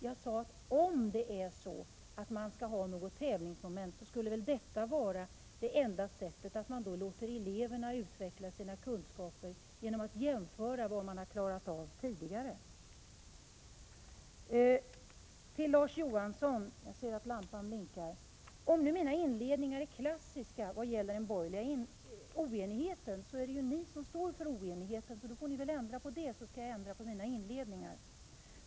Jag sade att om man skall ha något tävlingsmoment, skulle väl det enda sättet vara att låta eleverna jämföra sina kunskaper med vad de har klarat av tidigare. Till Larz Johansson: Om nu mina inledningar är klassiska vad beträffar den borgerliga oenigheten, är det ju ni som står för denna oenighet. Ni får ändra på den, så skall jag också ändra på mina inledningar.